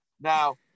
Now